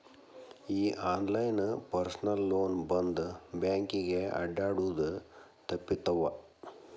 ಈ online personal loan ಬಂದ್ ಬ್ಯಾಂಕಿಗೆ ಅಡ್ಡ್ಯಾಡುದ ತಪ್ಪಿತವ್ವಾ